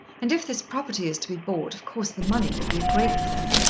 and if this property is to be bought, of course the money will be a great thing.